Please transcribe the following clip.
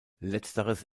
letzteres